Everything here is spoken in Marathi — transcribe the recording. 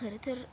खरंतर